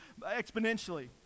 exponentially